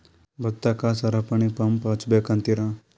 ಭತ್ತಕ್ಕ ಸರಪಣಿ ಪಂಪ್ ಹಚ್ಚಬೇಕ್ ಅಂತಿರಾ?